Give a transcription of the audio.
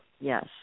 Yes